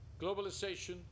globalization